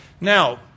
Now